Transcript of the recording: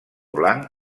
blanc